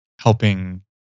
Helping